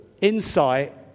insight